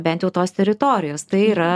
bent tos teritorijos tai yra